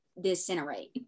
disintegrate